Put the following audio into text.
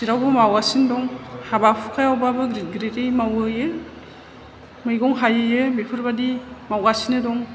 जेरावबो मावगासिनो दं हाबा हुखायाव बाबो ग्रिद ग्रिदयै मावहैयो मैगं हाहैयो बेफोरबादि मावगासिनो दं